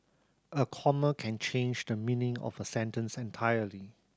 a comma can change the meaning of a sentence entirely